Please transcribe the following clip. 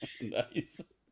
Nice